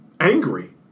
angry